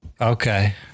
Okay